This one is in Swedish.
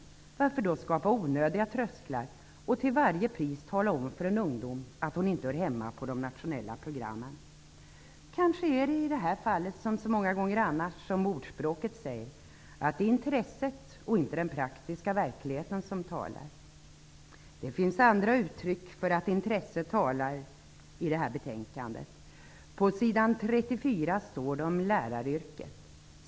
Varför vill man då skapa onödiga trösklar och till varje pris tala om för en ung människa att hon eller han inte hör hemma på de nationella programmen? Kanske är det i det här fallet som så många andra gånger som ordspråket säger: Det är intresset och inte den praktiska verkligheten som talar. Det finns andra uttryck för att intresset talar i betänkandet. På s. 34 skriver utskottet om läraryrket.